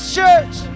church